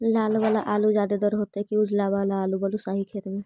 लाल वाला आलू ज्यादा दर होतै कि उजला वाला आलू बालुसाही खेत में?